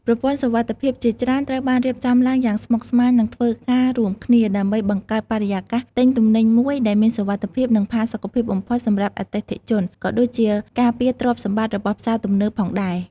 ប្រព័ន្ធសុវត្ថិភាពជាច្រើនត្រូវបានរៀបចំឡើងយ៉ាងស្មុគស្មាញ និងធ្វើការរួមគ្នា ដើម្បីបង្កើតបរិយាកាសទិញទំនិញមួយដែលមានសុវត្ថិភាព និងផាសុកភាពបំផុតសម្រាប់អតិថិជន ក៏ដូចជាការពារទ្រព្យសម្បត្តិរបស់ផ្សារទំនើបផងដែរ។